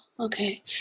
Okay